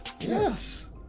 Yes